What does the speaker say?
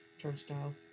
Turnstile